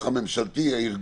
ואצבע על הדופק,